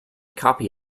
copy